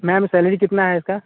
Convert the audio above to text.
ma'am salary कितना है इसका